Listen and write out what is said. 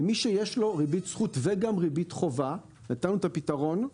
למי שיש לו ריבית זכות וגם ריבית חובה נתנו את הפתרון,